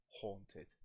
haunted